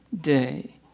day